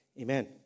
Amen